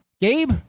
Gabe